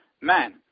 man